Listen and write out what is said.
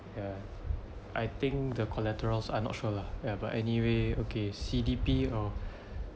ya I think the collaterals I'm not sure lah ya but anyway okay C_D_P orh